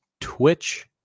Twitch